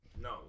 No